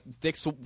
dicks